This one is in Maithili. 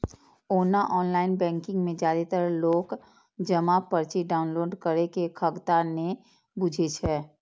ओना ऑनलाइन बैंकिंग मे जादेतर लोक जमा पर्ची डॉउनलोड करै के खगता नै बुझै छै